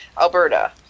Alberta